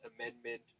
Amendment